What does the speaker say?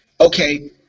okay